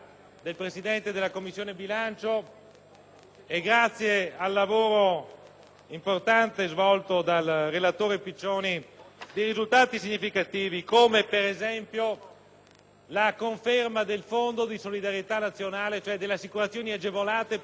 e all'importante lavoro svolto dal relatore Piccioni, risultati significativi come, per esempio, la conferma del fondo di solidarietà nazionale, cioè delle assicurazioni agevolate per gli agricoltori per il 2008